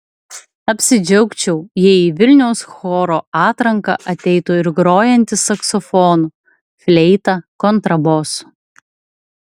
apsidžiaugčiau jei į vilniaus choro atranką ateitų ir grojantys saksofonu fleita kontrabosu